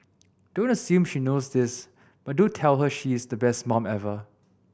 don't assume she knows this but do tell her she is the best mum ever